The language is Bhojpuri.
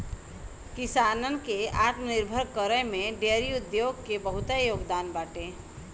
किसानन के आत्मनिर्भर करे में डेयरी उद्योग के बहुते योगदान बाटे